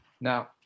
Now